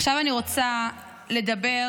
עכשיו אני רוצה לדבר